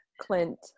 Clint